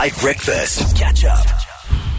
breakfast